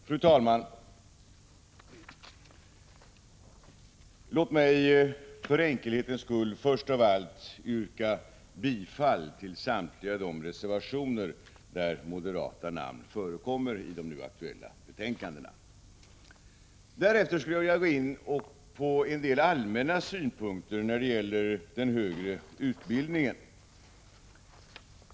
Fru talman! Låt mig för enkelhetens skull först av allt yrka bifall till samtliga de reservationer i de aktuella betänkandena där moderata namn förekommer. Därefter skulle jag vilja gå in på en del allmänna synpunkter på den högre utbildningen.